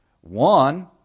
One